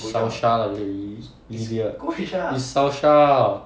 it's solskjaer maybe idiot it's solskjaer lah